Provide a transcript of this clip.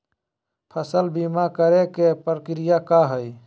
फसल बीमा करे के प्रक्रिया का हई?